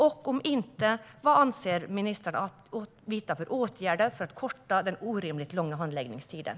Om inte, vad avser statsrådet att vidta för åtgärder för att korta den orimligt långa handläggningstiden?